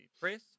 press